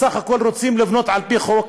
בסך הכול רוצים לבנות על-פי חוק,